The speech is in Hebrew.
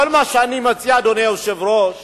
כל מה שאני מציע, אדוני היושב-ראש,